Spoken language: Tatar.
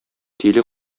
тиле